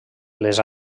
les